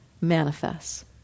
manifests